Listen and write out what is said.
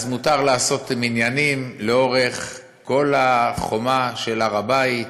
מותר לעשות מניינים לאורך כל החומה של הר הבית,